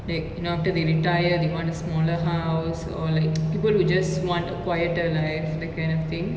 like you know after they retire they want a smaller house or like people who just want a quieter life that kind of thing